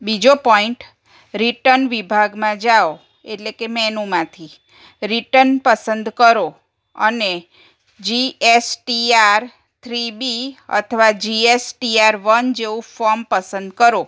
બીજો point return વિભાગમાં જાઓ એટલે કે મેનૂમાંથી રિટન પસંદ કરો અને G S T R three B અથવા G S T R one જેવું ફોમ પસંદ કરો